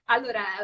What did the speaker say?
Allora